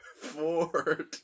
Ford